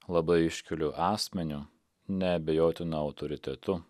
labai iškiliu asmeniu neabejotinu autoritetu